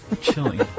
chilling